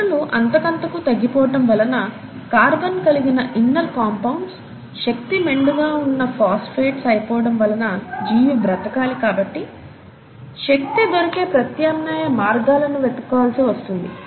వనరులు అంతకంతకు తగ్గిపోవటం వలన కార్బన్ కలిగిన ఇన్నర్ కంపౌండ్స్ శక్తి మెండుగా ఉన్న ఫాస్ఫేట్స్ అయిపోవటం వలన జీవి బ్రతకాలి కాబట్టి శక్తి దొరికే ప్రత్యామ్నాయ మార్గాలను వెతుక్కోవలిసి వస్తుంది